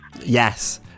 yes